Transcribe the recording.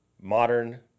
modern